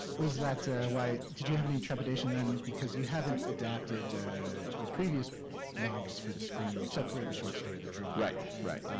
was that why. did you have any trepidation then? because you haven't adapted your previous novels for the screen, except for the short story, the drop. right, right.